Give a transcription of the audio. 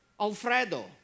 alfredo